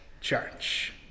church